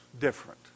different